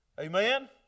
amen